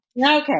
Okay